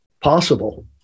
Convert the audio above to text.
possible